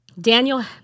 Daniel